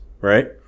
right